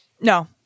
No